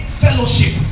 fellowship